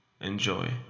Enjoy